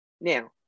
Now